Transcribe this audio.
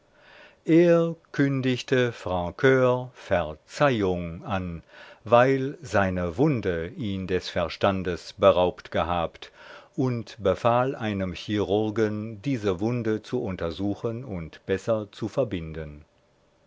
er kündigte francur verzeihung an weil seine wunde ihn des verstandes beraubt gehabt und befahl einem chirurgen diese wunde zu untersuchen und besser zu verbinden